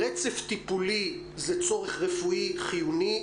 רצף טיפולי זה צורך רפואי חיוני,